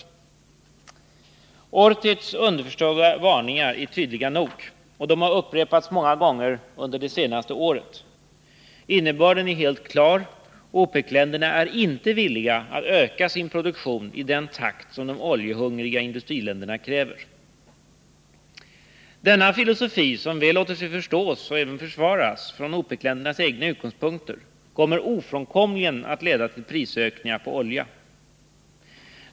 12 mars 1980 Ortiz underförstådda varningar är tydliga nog, och de har upprepats många gånger under det senaste året. Innebörden är fullt klar: OPEC länderna är inte villiga att öka sin produktion i den takt som de oljehungriga industriländerna kräver. Denna filosofi, som väl låter sig förstås och även försvaras från OPEC-ländernas egna utgångspunkter, leder ofrånkomligen till prisökningar på oljan.